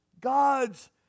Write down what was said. God's